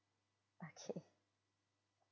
okay